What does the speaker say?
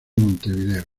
montevideo